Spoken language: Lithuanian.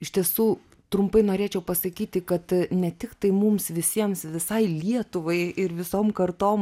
iš tiesų trumpai norėčiau pasakyti kad ne tiktai mums visiems visai lietuvai ir visom kartom